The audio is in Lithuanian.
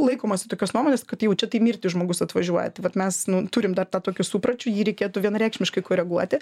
laikomasi tokios nuomonės kad jau čia tai mirti žmogus atvažiuoja tai vat mes nu turim dar tą tokį supračių jį reikėtų vienareikšmiškai koreguoti